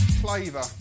Flavor